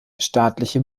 staatliche